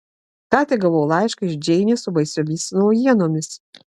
ką tik gavau laišką iš džeinės su baisiomis naujienomis